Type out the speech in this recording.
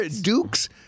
Dukes